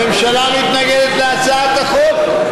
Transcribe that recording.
הממשלה מתנגדת להצעת החוק.